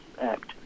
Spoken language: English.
Act